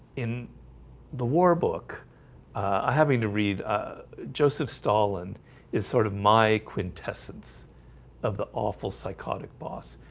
in the war book i having to read ah joseph stalin is sort of my quintessence of the awful psychotic boss.